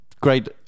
great